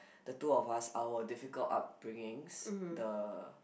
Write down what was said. the two of us our difficult upbringings the